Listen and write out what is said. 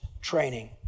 training